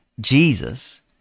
Jesus